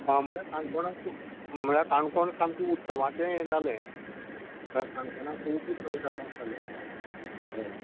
आं म्हळ्यार काणकोणाकूत म्हळ्यार काणकोण सामकें उत्सवाचें यें जालें तें काणकोणाक पयलीं सावन जाता आसतलें हय